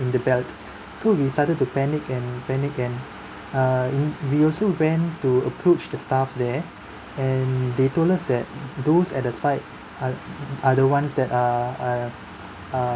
in the belt so we started to panic and panic and err we also went to approach the staff there and they told us that those at the side are are the ones that are uh uh